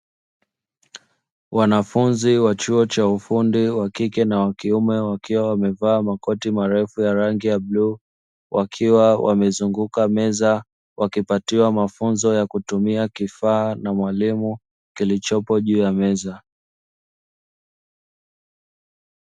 Wanafunzi wa chuo cha ufundi wa kike na wa kiume wakiwa wamevaa makoti marefu ya rangi ya bluu, wakiwa wamezunguka meza wakipatiwa mafunzo ya kutumia kifaa na mwalimu kilichopo juu ya meza.